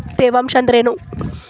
ತೇವಾಂಶ ಅಂದ್ರೇನು?